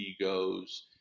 egos